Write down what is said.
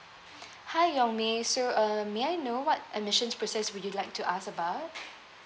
hi yong may so uh may I know what admissions process would you like to ask about